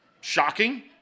Shocking